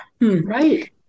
right